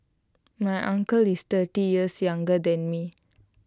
my uncle is thirty years younger than me